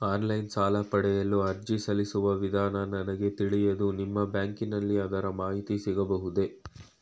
Online ಸಾಲ ಪಡೆಯಲು ಅರ್ಜಿ ಸಲ್ಲಿಸುವ ವಿಧಾನ ನನಗೆ ತಿಳಿಯದು ನಿಮ್ಮ ಬ್ಯಾಂಕಿನಲ್ಲಿ ಅದರ ಮಾಹಿತಿ ಸಿಗಬಹುದೇ?